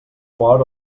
port